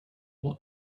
what